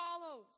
follows